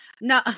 No